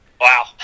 wow